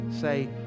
say